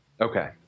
Okay